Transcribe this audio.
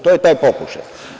To je taj pokušaj.